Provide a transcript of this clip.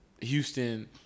Houston